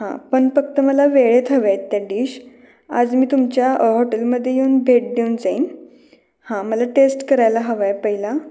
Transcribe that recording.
हा पण फक्त मला वेळेत हव्या आहेत त्या डिश आज मी तुमच्या हॉटेलमध्ये येऊन भेट देऊन जाईन हा मला टेस्ट करायला हवं आहे पाहिला